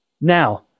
Now